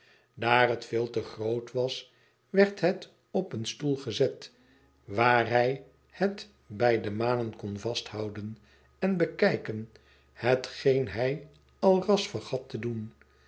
daar het veel te groot was werd het op een stoel gezet waar hij het bij de manen kon vasthouden en bekijken hetgeen hij al ras vergat de doen